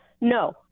No